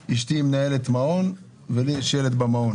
מכיוון שאשתי מנהלת מעון וגם יש לי ילד במעון